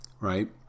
Right